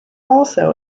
also